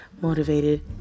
motivated